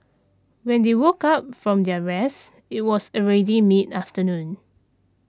when they woke up from their rest it was already mid afternoon